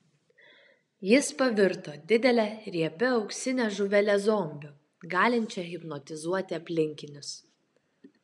jis pavirto didele riebia auksine žuvele zombiu galinčia hipnotizuoti aplinkinius